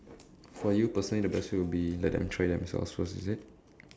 for you personally the best way would be let them try themselves first is it